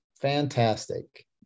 fantastic